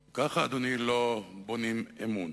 ככה, אדוני, לא בונים אמון.